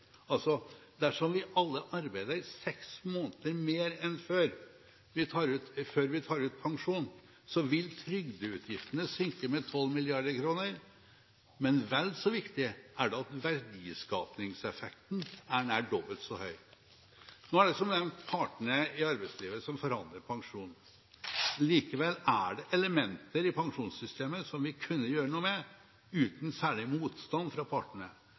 Dersom vi alle arbeider 6 måneder mer før vi tar ut pensjon, vil trygdeutgiftene synke med 12 mrd. kr, men vel så viktig er det at verdiskapingseffekten er nær dobbelt så høy. Nå er det som nevnt partene i arbeidslivet som forhandler pensjonen. Likevel er det elementer i pensjonssystemet som vi kunne gjort noe med uten særlig motstand fra partene.